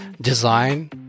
design